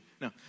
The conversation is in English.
No